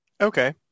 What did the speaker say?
Okay